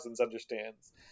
understands